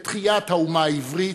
את תחיית האומה העברית,